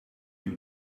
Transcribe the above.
you